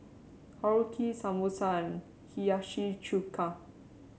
Korokke Samosa and Hiyashi Chuka